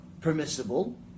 permissible